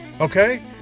okay